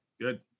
Good